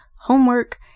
homework